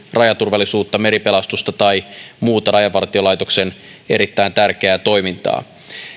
rajaturvallisuutta meripelastusta tai muuta rajavartiolaitoksen erittäin tärkeää toimintaa